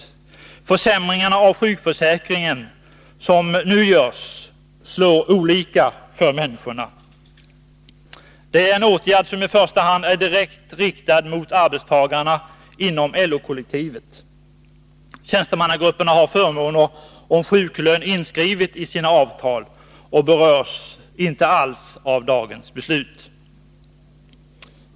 De försämringar av sjukförsäkringen som nu görs slår olika för människorna. Det är en åtgärd som i första hand är direkt riktad mot arbetstagarna inom LO-kollektivet. Tjänstemannagrupperna har förmåner i form av sjuklön inskrivna i sina avtal och berörs inte alls av dagens beslut.